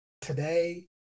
today